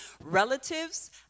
relatives